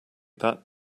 that